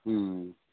हुँ